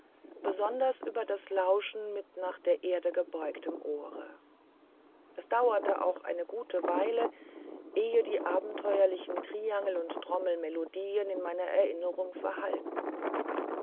besonders über das lauschen mit nach der erde gebeugtem ohre es dauerte auch eine gute weile ehe die abenteuerlichen triangel und trommelmelodien in meiner erinnerung verhallten